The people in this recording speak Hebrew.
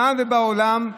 כאן ובעולם,